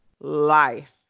life